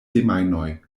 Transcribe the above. semajnoj